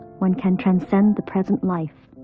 one can transcend the present life,